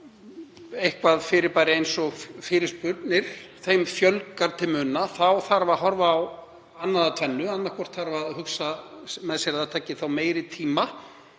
einhverju fyrirbæri eins og fyrirspurnum fjölgar til muna þá þarf að horfa á annað af tvennu; annaðhvort þarf að hugsa með sér að það taki þá meiri tíma